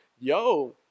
yo